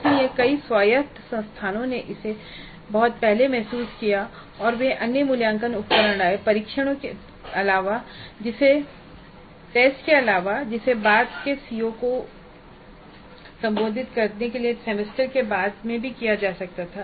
इसलिए कई स्वायत्त संस्थानों ने इसे बहुत पहले महसूस किया और वे अन्य मूल्यांकन उपकरण लाए परीक्षणों के अलावा जिसे बाद के सीओ को संबोधित करने के लिए सेमेस्टर में बाद में किया जा सकता था